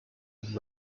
and